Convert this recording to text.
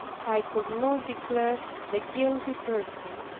i could not declare the guilty person,